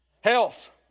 Health